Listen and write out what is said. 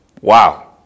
Wow